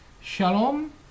Shalom